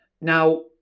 Now